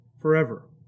forever